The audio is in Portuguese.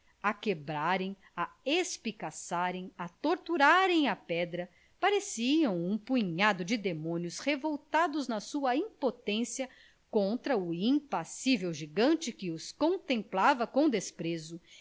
a quebrarem a espicaçarem a torturarem a pedra pareciam um punhado de demônios revoltados na sua impotência contra o impassível gigante que os contemplava com desprezo